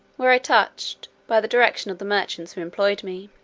where i touched, by the direction of the merchants who employed me